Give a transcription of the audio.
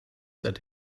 that